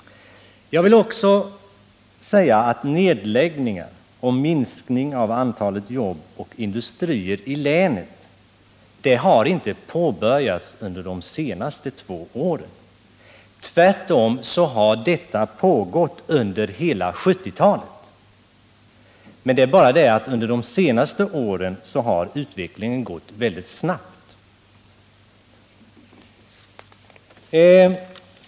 Jag vill också säga att nedläggningarna och minskningen av antalet jobb och industrier i länet inte har påbörjats de senaste två åren. Tvärtom har detta pågått under hela 1970-talet. Under de senaste åren har denna utveckling dock gått mycket snabbt.